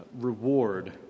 reward